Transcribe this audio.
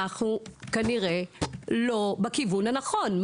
אנחנו כנראה לא בכיוון הנכון.